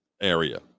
area